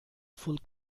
full